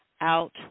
out